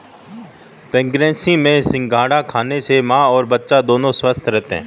pregnancy में सिंघाड़ा खाने से मां और बच्चा दोनों स्वस्थ रहते है